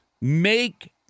make